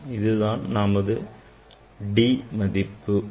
இதுதான் நமது d மதிப்பாகும்